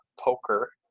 poker